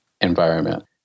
environment